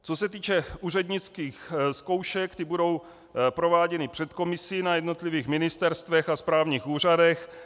Co se týče úřednických zkoušek, ty budou prováděny před komisí na jednotlivých ministerstvech a správních úřadech.